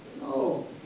No